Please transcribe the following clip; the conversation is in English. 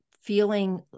feeling